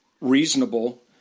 reasonable